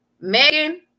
Megan